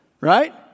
Right